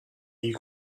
you